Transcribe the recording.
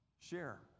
share